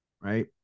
Right